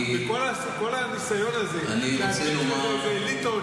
כל הניסיון הזה לדבר על איזה אליטות,